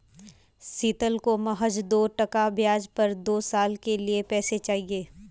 शीतल को महज दो टका ब्याज पर दो साल के लिए पैसे चाहिए